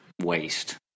waste